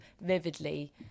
vividly